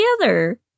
together